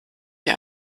die